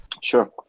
Sure